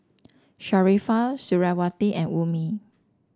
Sharifah Suriawati and Ummi